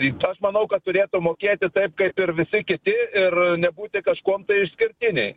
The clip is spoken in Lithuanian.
tai aš manau kad turėtų mokėti taip kaip ir visi kiti ir nebūti kažkuom tai išskirtiniai